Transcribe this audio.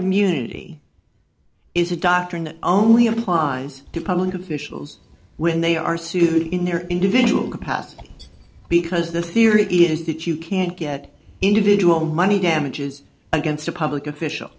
immunity is a doctrine that only applies to public officials when they are sued in their individual capacity because the theory is that you can't get individual money damages against a public official